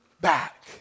back